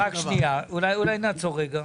אולי נעצור רגע?